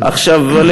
כמובן.